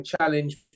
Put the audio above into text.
challenge